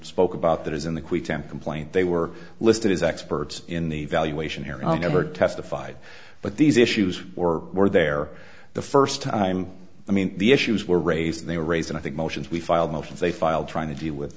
spoke about that is in the qui temp complaint they were listed as experts in the evaluation area never testified but these issues or were there the first time i mean the issues were raised they were raised and i think motions we filed motions they filed trying to deal with